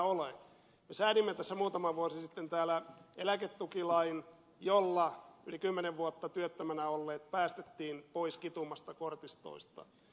me säädimme tässä muutama vuosi sitten täällä eläketukilain jolla yli kymmenen vuotta työttömänä olleet päästettiin pois kitumasta kortistoista